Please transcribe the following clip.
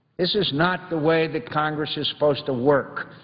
this is not the way that congress is supposed to work.